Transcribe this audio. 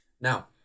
Now